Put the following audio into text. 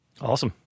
Awesome